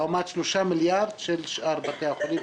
לעומת 3 מיליארד של שאר בתי החולים,